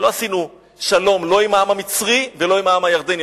לא עשינו שלום לא עם העם המצרי ולא עם העם הירדני,